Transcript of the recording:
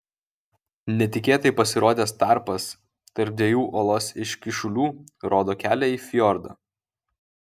netikėtai pasirodęs tarpas tarp dviejų uolos iškyšulių rodo kelią į fjordą